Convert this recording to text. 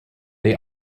they